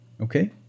okay